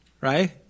right